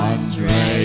Andre